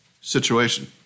situation